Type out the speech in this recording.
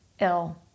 ill